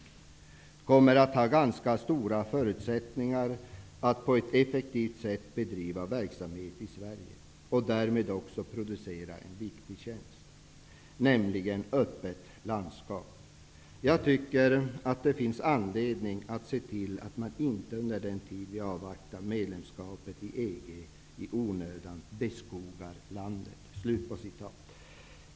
Vi kommer att ha ganska stora förutsättningar att på ett effektivt sätt bedriva verksamhet i Sverige, och därmed också producera en viktig tjänst, nämligen öppet landskap. Jag tycker att det finns anledning att se till att man, under den tid vi avvaktar medlemskapet i EG, inte i onödan beskogar landet.